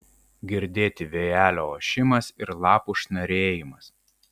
girdėti vėjelio ošimas ir lapų šnarėjimas